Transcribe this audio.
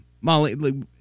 Molly